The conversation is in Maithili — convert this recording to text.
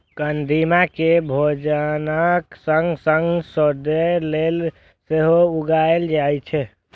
कदीमा कें भोजनक संग संग सौंदर्य लेल सेहो उगायल जाए छै